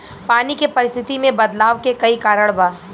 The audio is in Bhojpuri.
पानी के परिस्थिति में बदलाव के कई कारण बा